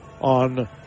on